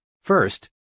First